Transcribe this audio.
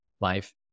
life